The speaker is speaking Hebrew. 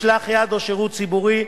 משלח יד או שירות ציבורי,